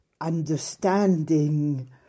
understanding